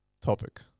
topic